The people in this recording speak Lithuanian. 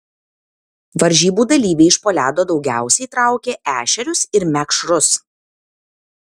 varžybų dalyviai iš po ledo daugiausiai traukė ešerius ir mekšrus